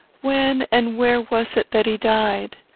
when and where was it that he died?